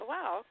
Wow